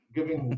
Giving